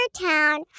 Town